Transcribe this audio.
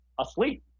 asleep